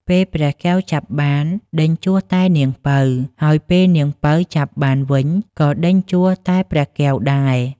ពេលព្រះកែវចាប់បាន ដេញជួសតែនាងពៅ ហើយពេលនាងពៅចាប់បានវិញ ក៏ដេញជួសតែព្រះកែវដែរ។